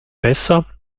besser